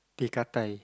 teh-katai